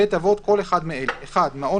"בית אבות" כל אחד מאלה: מעון